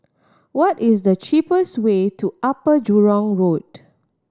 what is the cheapest way to Upper Jurong Road